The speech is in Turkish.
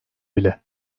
bile